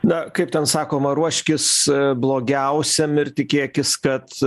na kaip ten sakoma ruoškis blogiausiam ir tikėkis kad